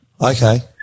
Okay